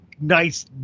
nice